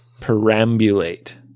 perambulate